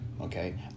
Okay